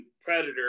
predator